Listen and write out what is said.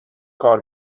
کار